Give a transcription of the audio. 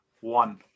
One